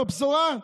זו בשורה?